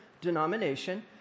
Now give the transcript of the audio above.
denomination